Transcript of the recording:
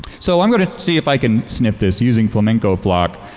so i'm going to see if i can snip this using flamingo flock.